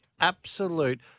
absolute